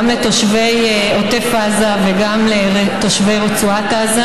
גם לתושבי עוטף עזה וגם לתושבי רצועת עזה.